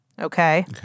Okay